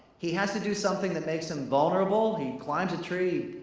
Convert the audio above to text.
he has to do something that makes him vulnerable, he climbs a tree,